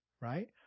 right